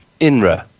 Inra